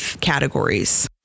categories